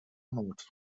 not